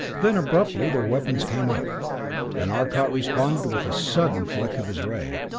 then abruptly their weapons came up and arcot responded with a sudden flick of his ray,